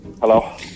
Hello